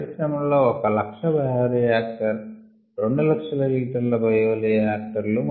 పరిశ్రమ లలో 1లక్ష బయోరియాక్టర్ 2 లక్షల లీటర్ల బయోరియాక్టర్ లు